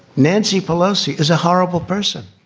nancy pelosi is a horrible person